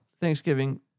Thanksgiving